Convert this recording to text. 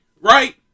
right